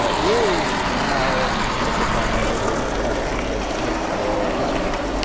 ah is now looked upon as a much more catholic type discipline.